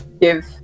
give